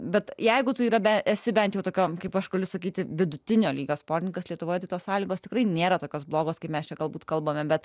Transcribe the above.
bet jeigu tu yra be esi bent jau tokiom kaip aš galiu sakyti vidutinio lygio sportininkas lietuvoje tos sąlygos tikrai nėra tokios blogos kaip mes čia galbūt kalbame bet